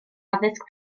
addysg